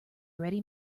ready